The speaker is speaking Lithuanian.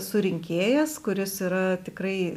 surinkėjas kuris yra tikrai